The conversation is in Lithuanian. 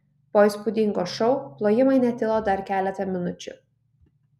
po įspūdingo šou plojimai netilo dar keletą minučių